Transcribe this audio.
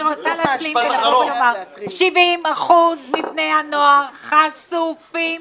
אני רוצה להשלים ולומר, 70% מבני הנוער חשופים